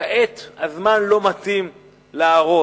כעת הזמן לא מתאים להרוס.